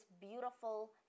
beautiful